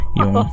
yung